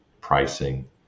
Pricing